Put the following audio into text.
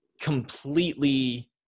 completely